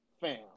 fam